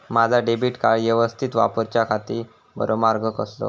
माजा debit card यवस्तीत वापराच्याखाती बरो मार्ग कसलो?